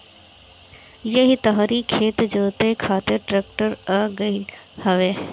एही तरही खेत जोते खातिर ट्रेक्टर आ गईल हवे